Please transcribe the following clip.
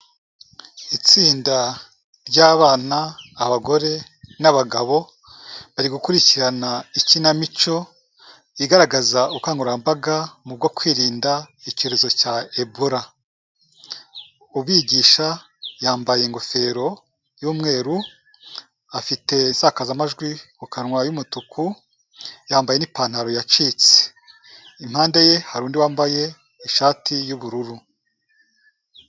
Itsinda ry'abana, abagore n'abagabo bari gukurikirana ikinamico igaragaza ubukangurambaga mu bwo kwirinda icyorezo cya Ebola. Ubigisha yambaye ingofero y'umweru, afite isakazamajwi mu kanwa y'umutuku, yambaye n'ipantaro yacitse. Impande ye hari undi wambaye ishati y'ubururu.